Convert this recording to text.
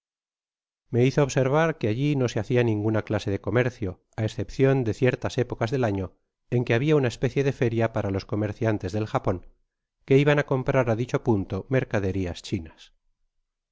me hizo observar que alli no se hacia ninguna clase de comercio áescepcion de ciertas épocas del año en que habia una especie de feria para los comerciantes del japon que iban á comprar á dicho punto mercaderias chinas